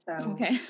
Okay